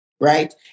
right